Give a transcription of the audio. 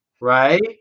Right